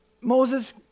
Moses